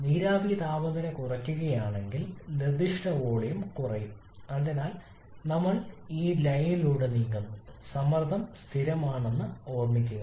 നീരാവി താപനില കുറയുകയാണെങ്കിൽ നിർദ്ദിഷ്ട വോളിയം കുറയും അതിനാൽ നമ്മൾ ഈ ലൈനിലൂടെ നീങ്ങുന്നു സമ്മർദ്ദം സ്ഥിരമാണെന്ന് ഓർമ്മിക്കുക